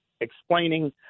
explaining